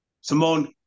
Simone